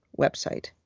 website